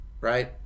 right